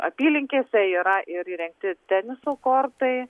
apylinkėse yra ir įrengti teniso kortai